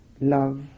love